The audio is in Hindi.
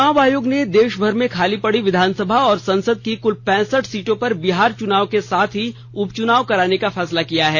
चुनाव आयोग ने देशभर में खाली पड़ी विधानसभा औश्र संसद की कुल पैंसठ सीटों पर बिहार चुनाव के साथ ही उपचुनाव कराने का फैसला किया है